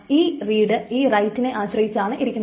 കാരണം ഈ റീഡ് ഈ റൈറ്റിനെ ആശ്രയിച്ചാണിരിക്കുന്നത്